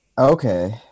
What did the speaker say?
Okay